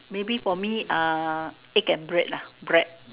maybe for me uh egg and bread lah bread